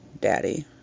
Daddy